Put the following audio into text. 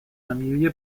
familie